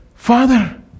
father